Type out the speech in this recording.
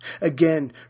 Again